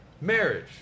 Marriage